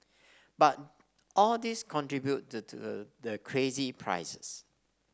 but all these contribute the crazy prices